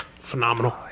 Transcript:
phenomenal